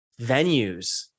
venues